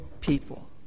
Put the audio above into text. people